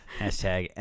hashtag